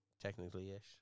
Technically-ish